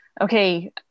okay